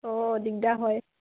অঁ দিগদাৰ হয়